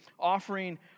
Offering